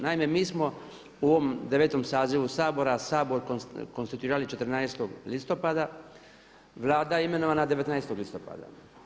Naime mi smo u ovom 9.-tom sazivu Sabora, Sabor konstituirali 14. listopada, Vlada je imenovana 19. listopada.